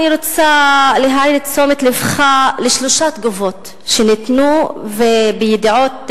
אני רוצה להביא לתשומת לבך שלוש תגובות שניתנו ב"ידיעות תל-אביב".